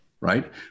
right